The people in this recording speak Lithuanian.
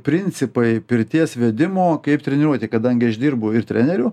principai pirties vedimo kaip treniruotėj kadangi aš dirbu treneriu